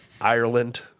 Ireland